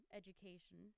education